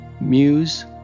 Muse